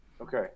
okay